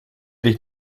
dich